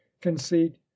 conceit